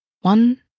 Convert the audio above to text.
One